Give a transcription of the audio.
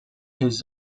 his